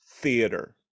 theater